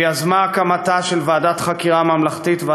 ויזמה הקמתה של ועדת חקירה ממלכתית,